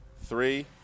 Three